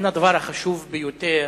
הדבר החשוב ביותר,